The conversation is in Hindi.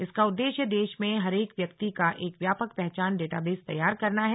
इसका उद्देश्य देश में हरेक व्यक्ति का एक व्यापक पहचान डेटाबेस तैयार करना है